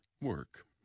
work